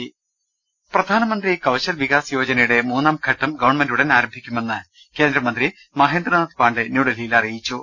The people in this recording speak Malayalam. ് പ്രധാനമന്ത്രി കൌശൽ വികാസ് യോജനയുടെ മൂന്നാം ഘട്ടം ഗവൺമെന്റ് ഉടൻ ആരംഭിക്കുമെന്ന് കേന്ദ്രമന്ത്രി മഹ്ഗേന്ദ്രനാഥ് പാണ്ഡെ ന്യൂഡൽഹിയിൽ പറഞ്ഞു